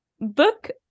book